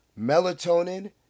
melatonin